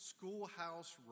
Schoolhouse